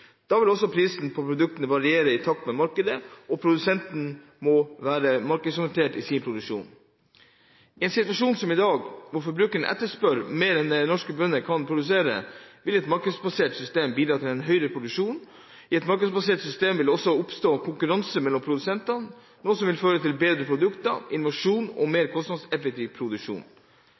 Da vil prisene på produktene variere i takt med markedet, og produsentene må være markedsorientert i sin produksjon. I en situasjon som i dag, der forbrukerne etterspør mer enn det norske bønder kan produsere, vil et markedsbasert system bidra til en høyere produksjon. I et markedsbasert system vil det også oppstå konkurranse mellom produsentene, noe som vil føre til bedre produkter, innovasjon og mer kostnadseffektiv produksjon.